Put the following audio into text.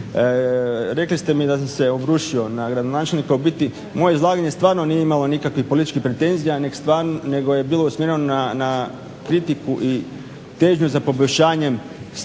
Rekli ste mi da sam se obrušio na gradonačelnika, ubiti moje izlaganje stvarno nije imalo nikakvih političkih pretenzija nego je bilo usmjereno na kritiku i težnju za poboljšanjem stvarne